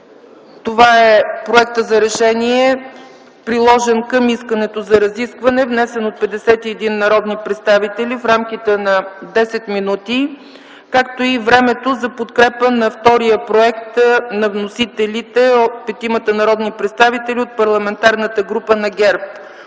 Това е проектът за решение, приложен към искането за разисквания, внесен от 51 народни представители в рамките на 10 мин., както и времето за подкрепа на проект на вносителите – от 5 народни представители от парламентарната група на ГЕРБ.